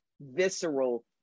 visceral